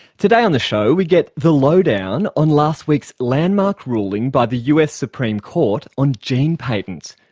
today on the show we get the low-down on last week's landmark ruling by the us supreme court on gene patents,